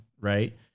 right